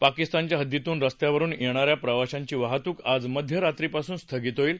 पाकिस्तानच्या हद्दीतून रस्त्यावरुन येणा या प्रवाशांची वाहतूक आज मध्यरात्रीपासून स्थगित होईल